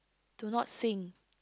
do not sing